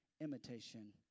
imitation